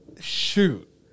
Shoot